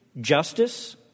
justice